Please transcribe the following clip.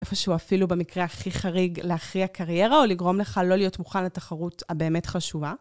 איפשהו אפילו במקרה הכי חריג להכריע קריירה, או לגרום לך לא להיות מוכן לתחרות הבאמת חשובה.